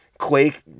Quake